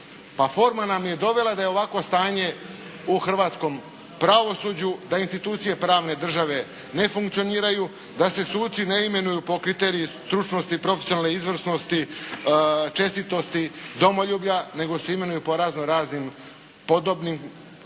forma nam je i dovela da je ovakvo stanje u hrvatskom pravosuđu, da institucije pravne države ne funkcioniraju, da se suci ne imenuju po kriteriju stručnosti i profesionalnosti izvrsnosti, čestitosti, domoljublja nego se imenuju po razno raznim podobnim stranačkim